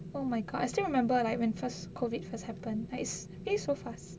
oh my god I still remember like when first COVID first happened like eh so fast